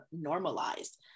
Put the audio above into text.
normalized